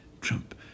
Trump